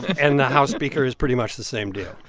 and the house speaker is pretty much the same deal.